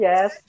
Yes